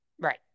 Right